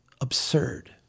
Absurd